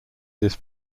this